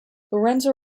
lorenzo